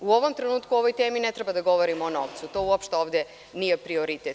U ovom trenutku o ovoj temi ne treba da govorimo o novcu, to uopšte ovde nije prioritet.